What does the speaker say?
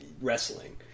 wrestling